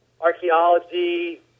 archaeology